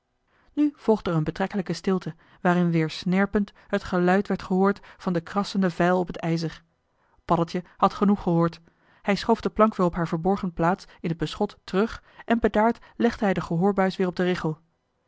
nu volgde er een betrekkelijke stilte waarin weer snerpend het geluid werd gehoord van de krassende vijl op het ijzer paddeltje had genoeg gehoord hij schoof de plank weer op haar verborgen plaats in het beschot terug en bedaard legde hij de gehoorbuis weer op de richel